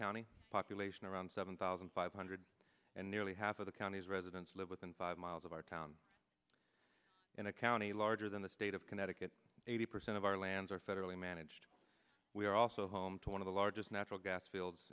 county population around seven thousand five hundred and nearly half of the counties residents live within five miles of our town in a county larger than the state of connecticut eighty percent of our lands are federally managed we are also home to one of the largest natural gas fields